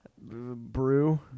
brew